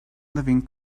living